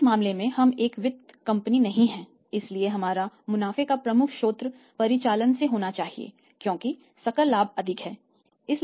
क्योंकि इस मामले में हम एक वित्त कंपनी नहीं हैं इसलिए हमारे मुनाफ़े का प्रमुख स्रोत परिचालन से होना चाहिए क्योंकि सकल लाभ अधिक है